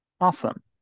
Awesome